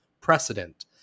precedent